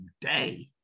day